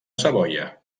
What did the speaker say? savoia